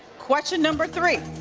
question number three,